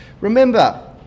remember